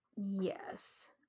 Yes